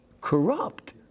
corrupt